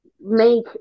make